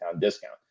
discount